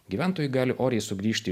gyventojai gali oriai sugrįžti